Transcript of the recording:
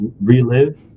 relive